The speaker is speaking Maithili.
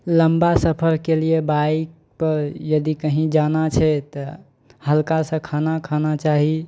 लम्बा सफरके लिये बाइकपर यदि कहीँ जाना छै तऽ हल्का सा खाना खाना चाही